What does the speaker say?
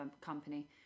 company